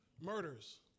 Murders